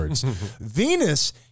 Venus